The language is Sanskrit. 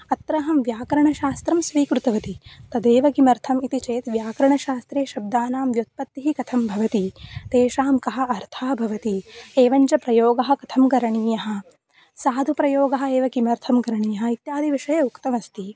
अत्र अहं व्याकरणशास्त्रं स्वीकृतवति तदेव किमर्थम् इति चेत् व्याकरणशास्त्रे शब्दानां व्युत्पत्तिः कथं भवति तेषां कः अर्थः भवति एवं च प्रयोगः कथं करणीयः साधुप्रयोगः एव किमर्थं करणीयः इत्यादिविषये उक्तमस्ति